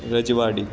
રજવાડી